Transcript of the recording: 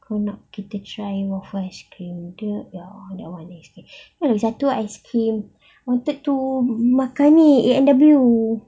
kau nak kita try waffle ice cream dia that one nice thing lagi satu ice cream wanted to makan ni A&W